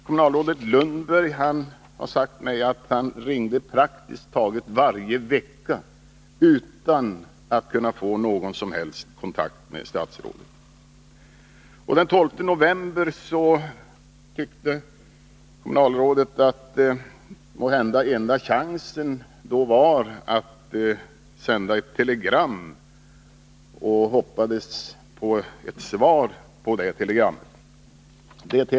Kommunalrådet Lundberg har sagt till mig att han ringde praktiskt taget varje vecka utan att kunna få någon som helst kontakt med statsrådet. Den 12 november tyckte kommunalrådet att den enda chansen måhända var att sända ett telegram, och han hoppades få ett svar på det telegrammet.